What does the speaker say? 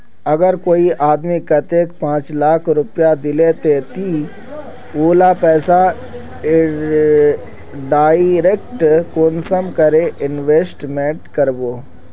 अगर कोई आदमी कतेक पाँच लाख रुपया दिले ते ती उला पैसा डायरक कुंसम करे इन्वेस्टमेंट करबो?